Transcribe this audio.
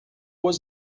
was